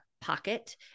pocket